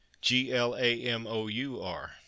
G-L-A-M-O-U-R